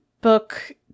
book